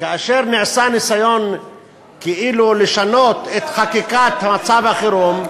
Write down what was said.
וכאשר נעשה ניסיון כאילו לשנות את חקיקת מצב החירום,